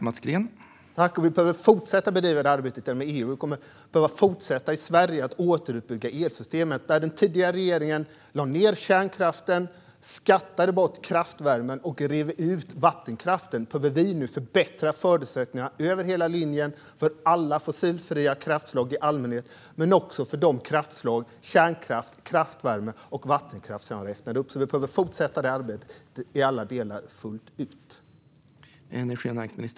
Herr talman! Vi behöver fortsätta bedriva detta arbete inom EU, och vi kommer att behöva fortsätta att återuppbygga elsystemet i Sverige. Där den tidigare regeringen lade ned kärnkraften, skattade bort kraftvärmen och rev ut vattenkraften behöver vi nu förbättra förutsättningarna över hela linjen för alla fossilfria kraftslag i allmänhet men också för de kraftslag - kärnkraft, kraftvärme och vattenkraft - som jag räknade upp. Vi behöver alltså fortsätta detta arbete i alla delar fullt ut.